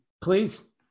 Please